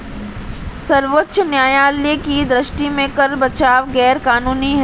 सर्वोच्च न्यायालय की दृष्टि में कर बचाव गैर कानूनी है